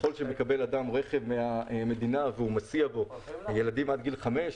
ככל שמקבל אדם רכב מהמדינה והוא מסיע בו ילדים עד גיל 5,